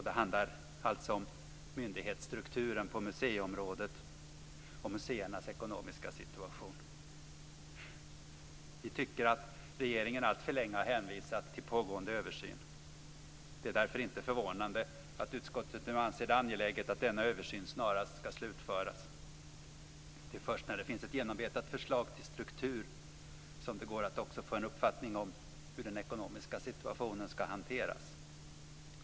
Det handlar alltså om myndighetsstrukturen på museiområdet och museernas ekonomiska situation. Vi tycker att regeringen alltför länge har hänvisat till pågående översyn. Det är därför inte förvånande att utskottet nu anser det angeläget att denna översyn snarast ska slutföras. Det är först när det finns ett genomarbetat förslag till struktur som det går att också få en uppfattning om hur den ekonomiska situationen ska hanteras.